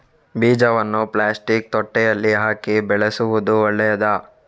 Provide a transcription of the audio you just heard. ಬೀಜವನ್ನು ಪ್ಲಾಸ್ಟಿಕ್ ತೊಟ್ಟೆಯಲ್ಲಿ ಹಾಕಿ ಬೆಳೆಸುವುದು ಒಳ್ಳೆಯದಾ?